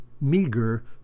meager